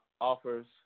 offers